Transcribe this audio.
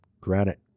granite